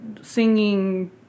singing